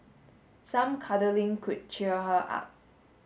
some cuddling could cheer her up